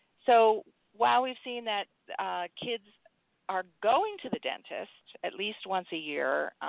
so while we've seen that kids are going to the dentist at least once a year,